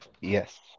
Yes